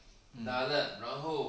um